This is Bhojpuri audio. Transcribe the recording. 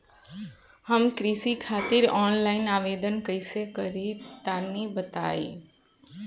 हम कृषि खातिर आनलाइन आवेदन कइसे करि तनि बताई?